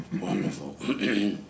Wonderful